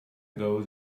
goes